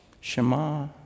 Shema